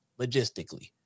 logistically